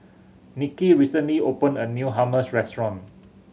Nikki recently opened a new Hummus Restaurant